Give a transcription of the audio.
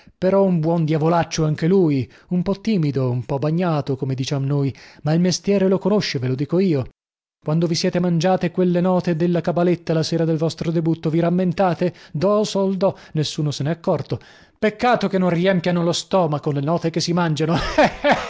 però un buon diavolaccio anche lui un po timido un po bagnato come diciam noi ma il mestiere lo conosce ve lo dico io quando vi siete mangiate quelle note della cabaletta la sera del vostro debutto vi rammentate do sol do nessuno se nè accorto peccato che non riempiano lo stomaco le note che si mangiano